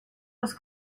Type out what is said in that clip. was